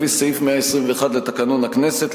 לפי סעיף 121 לתקנון הכנסת,